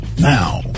Now